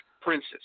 princess